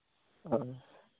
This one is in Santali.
ᱦᱮᱸ